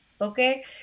Okay